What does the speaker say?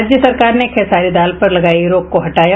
राज्य सरकार ने खेसारी दल पर लगायी रोक को हटाया